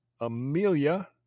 Amelia